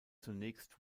zunächst